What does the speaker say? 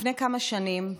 לפני כמה שנים,